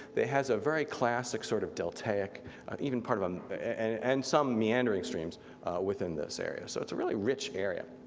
has a very classic sort of deltaic even part of, um and and some meandering streams within this area. so it's a really rich area.